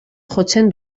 jotzen